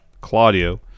Claudio